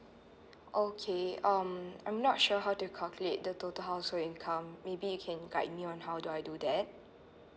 okay um I'm not sure how do you calculate the total household income maybe you can guide me on how do I do that